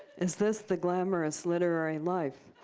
is this the glamorous literary life?